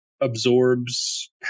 absorbs